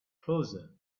closer